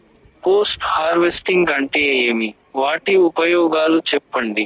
Post harvesting అంటే ఏమి? వాటి ఉపయోగాలు చెప్పండి?